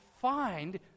find